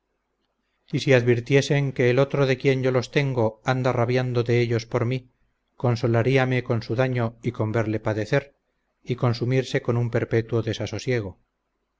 si advirtiesen que el otro de quien yo los tengo anda rabiando de ellos por mí consolaríame con su daño y con verle padecer y consumirse con un perpetuo desasosiego